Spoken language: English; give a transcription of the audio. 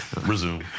Resume